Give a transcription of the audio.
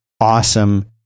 awesome